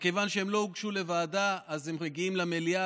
מכיוון שהן לא הוגשו לוועדה הן מגיעות למליאה,